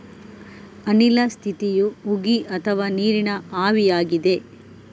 ಅನಿಲ ಸ್ಥಿತಿಯು ಉಗಿ ಅಥವಾ ನೀರಿನ ಆವಿಯಾಗಿದೆ